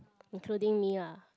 including me lah